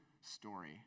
story